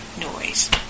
noise